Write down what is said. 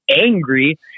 angry